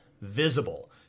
visible